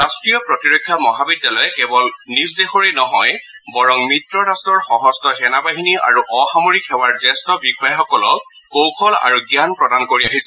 ৰাষ্ট্ৰীয় প্ৰতিৰক্ষা মহাবিদ্যালয়ে কেৱল নিজ দেশৰেই নহয় বৰং মিত্ৰ ৰট্টৰ সশস্ত্ৰ সেনাবাহিনী আৰু অসামৰিক সেৱাৰ জ্যেষ্ঠ বিষয়াসকলক কৌশল আৰু জ্ঞান প্ৰদান কৰি আহিছে